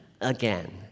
again